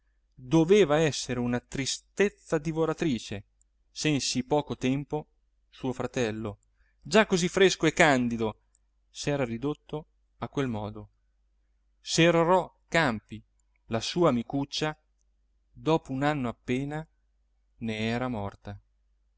doveva essere una tristezza divoratrice se in sì poco tempo suo fratello già così fresco e candido s'era ridotto a quel modo se rorò campi la sua amicuccia dopo un anno appena ne era morta